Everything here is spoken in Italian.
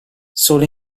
solo